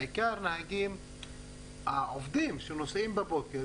בעיקר הנהגים העובדים שנוסעים בבוקר,